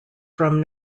from